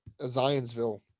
Zionsville